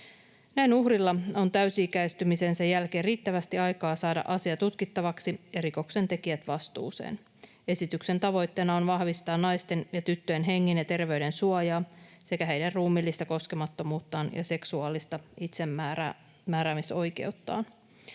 Näin uhrilla on täysi-ikäistymisensä jälkeen riittävästi aikaa saada asia tutkittavaksi ja rikoksentekijät vastuuseen. Esityksen tavoitteena on vahvistaa naisten ja tyttöjen hengen ja terveyden suojaa sekä heidän ruumiillista koskemattomuuttaan ja seksuaalista itsemääräämisoikeuttaan.